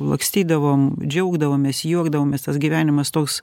lakstydavom džiaugdavomės juokdavomės tas gyvenimas toks